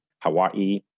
Hawaii